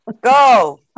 go